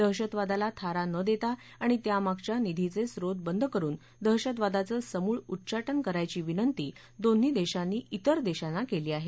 दहशतवादाला थारा न देता आणि त्यामागच्या निधीचे स्रोत बंद करून दहशतवादाचं समूळ उच्चा ि करायची विनंती दोन्ही देशांनी तिर देशांना केली आहे